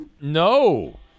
No